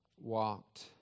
walked